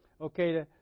Okay